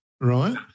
right